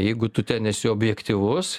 jeigu tu nesi objektyvus